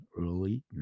early